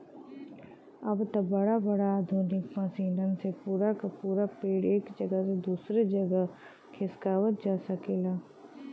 अब त बड़ा बड़ा आधुनिक मसीनन से पूरा क पूरा पेड़ एक जगह से दूसर जगह खिसकावत जा सकला